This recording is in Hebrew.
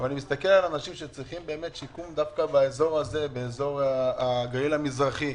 אני מסתכל על אנשים שצריכים שיקום דווקא באזור הגליל המזרחי.